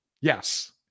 Yes